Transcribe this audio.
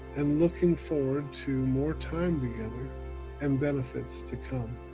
and looking forward to more time together and benefits to come.